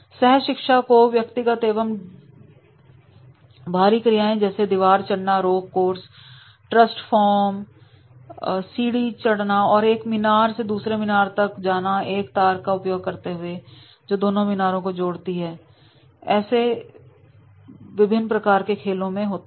सहशिक्षा को व्यक्तिगत एवं ढूंढ वाली बाहरी क्रियाएं जैसे दीवार चढ़ना रोप कोर्स ट्रस्ट फॉर्म सीडी चढ़ना और एक मीनार से दूसरे मीनार तक जाना एक तार का उपयोग करते हुए जो दोनों मीनारों को जोड़ती है